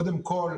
קודם כל,